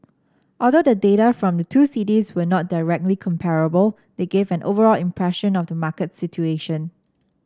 although the data from the two cities are not directly comparable they give an overall impression of the market situation